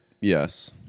Yes